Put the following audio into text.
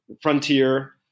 Frontier